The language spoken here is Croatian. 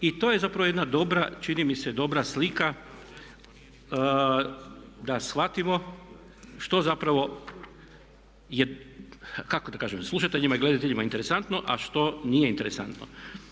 I to je zapravo jedna dobra, čini mi se dobra slika da shvatimo što zapravo je, kako da kažem, slušateljima i gledateljima interesantno a što nije interesantno.